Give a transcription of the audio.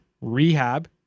rehab